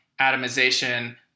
atomization